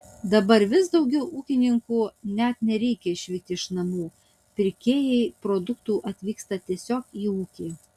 dabar vis daugiau ūkininkų net nereikia išvykti iš namų pirkėjai produktų atvyksta tiesiog į ūkį